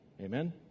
Amen